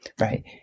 right